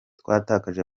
twatakaje